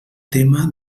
tema